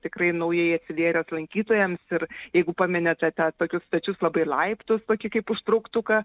tikrai naujai atsivėręs lankytojams ir jeigu pamenate tą tokius stačius labai laiptus tokį kaip užtrauktuką